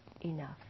enough